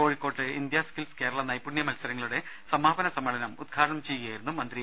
കോഴിക്കോട്ട് India skills Kerala നൈപുണ്യ മത്സരങ്ങളുടെ സമാപന സമ്മേളനം ഉദ്ഘാടനം ചെയ്യുകയായിരുന്നു മന്ത്രി